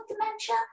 dementia